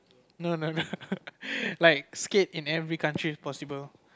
no no no like skate in every country if possible